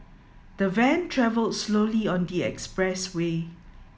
the van travelled slowly on the expressway